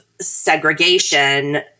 segregation